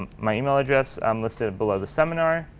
my email address um listed below the seminar.